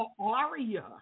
aria